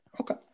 Okay